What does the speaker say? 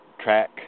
track